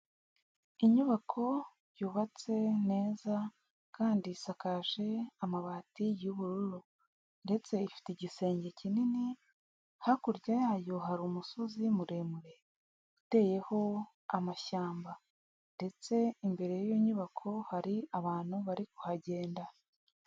Inyubako yubatse neza kandi isakaje amabati y'ubururu, ndetse ifite igisenge kinini, hakurya yayo hari umusozi muremure uteyeho amashyamba, ndetse imbere yiyo nyubako hari abantu bari kuhagenda.